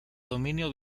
dominio